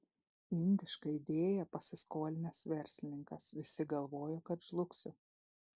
indišką idėją pasiskolinęs verslininkas visi galvojo kad žlugsiu